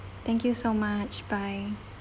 thank you so much bye